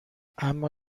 اما